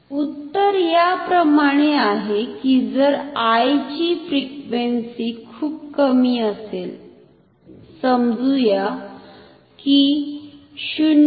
उत्तर याप्रमाणे आहे की जर I ची फ्रिक्वेन्सी खुप कमी असेल समजुया की 0